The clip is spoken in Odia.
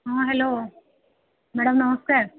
ହଁ ହେଲୋ ମ୍ୟାଡମ୍ ନମସ୍କାର